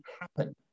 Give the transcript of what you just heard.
happen